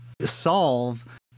solve